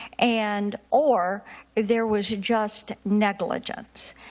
and or there was just negligence.